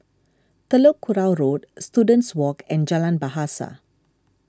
Telok Kurau Road Students Walk and Jalan Bahasa